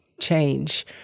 change